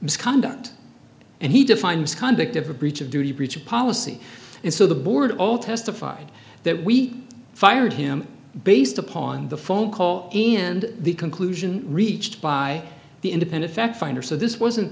misconduct and he defined misconduct of a breach of duty breach of policy and so the board all testified that we fired him based upon the phone call in the conclusion reached by the independent fact finder so this wasn't